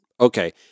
okay